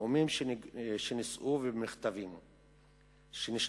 ובנאומים שנישאו ובמכתבים שנשלחו: